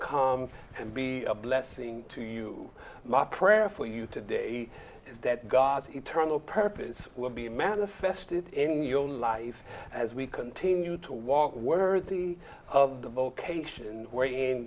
come and be a blessing to you my prayer for you today is that god's eternal purpose will be manifested in your own life as we continue to walk worthy of the vocation wherein